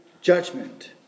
judgment